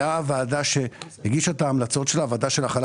הייתה והדה שהגישה את ההמלצות שלה ועדה של החלה